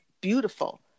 beautiful